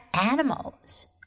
animals